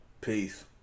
Peace